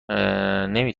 نمی